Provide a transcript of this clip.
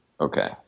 Okay